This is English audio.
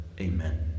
Amen